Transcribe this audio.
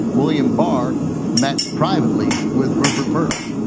william barr met privately with rupert murdoch.